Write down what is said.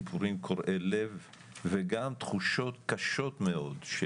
סיפורים קורעי לב וגם תחושות קשות מאוד של